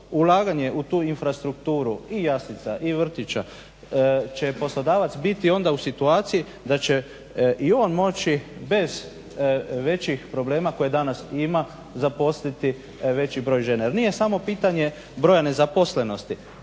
ulaganje u tu infrastrukturu i jaslica i vrtića će poslodavac biti onda u situaciji da će i on moći bez većih problema koje danas ima zaposliti veći broj žena. Jer nije samo pitanje broja nezaposlenosti,